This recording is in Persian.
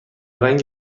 رنگ